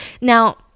Now